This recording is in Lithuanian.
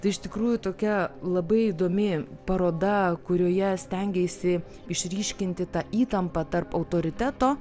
tai iš tikrųjų tokia labai įdomi paroda kurioje stengeisi išryškinti tą įtampą tarp autoriteto